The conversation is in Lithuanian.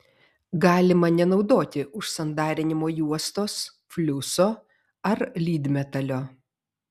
galima nenaudoti užsandarinimo juostos fliuso ar lydmetalio